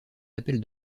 appels